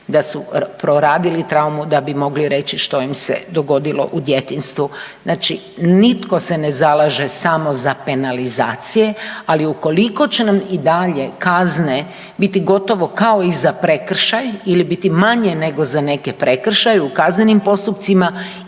da su proradili traumu, da bi mogli reći što im se dogodilo u djetinjstvu. Znači nitko se ne zalaže samo za penalizacije, ali ukoliko će nam i dalje kazne biti gotovo kao i za prekršaj ili biti manje nego za neke prekršaje u kaznenim postupcima,